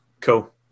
Cool